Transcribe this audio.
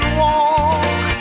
walk